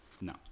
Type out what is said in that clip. No